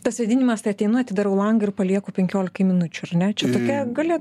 tas vėdinimas tai ateinu atidarau langą ir palieku penkiolikai minučių ar ne čia tokia galia